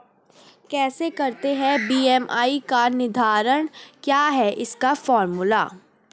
कैसे करते हैं बी.एम.आई का निर्धारण क्या है इसका फॉर्मूला?